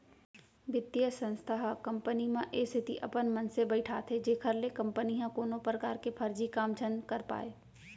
बित्तीय संस्था ह कंपनी म ए सेती अपन मनसे बइठाथे जेखर ले कंपनी ह कोनो परकार के फरजी काम झन कर पाय